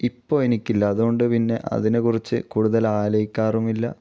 ഇപ്പോൾ എനിക്കില്ല അതുകൊണ്ട് പിന്നെ അതിനെക്കുറിച്ച് കൂടുതൽ ആലോചിക്കാറുമില്ല